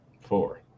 four